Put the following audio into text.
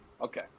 Okay